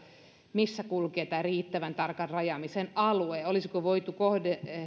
missä kulkee tämän riittävän tarkan rajaamisen alue olisiko voitu kohdentaa